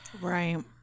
Right